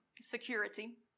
security